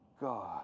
God